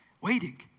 waiting